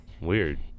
Weird